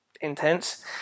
intense